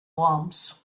worms